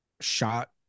shot